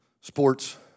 sports